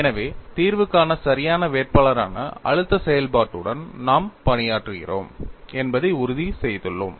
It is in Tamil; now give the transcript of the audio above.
எனவே தீர்வுக்கான சரியான வேட்பாளரான அழுத்த செயல்பாட்டுடன் நாம் பணியாற்றுகிறோம் என்பதை உறுதிசெய்துள்ளோம்